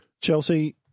Chelsea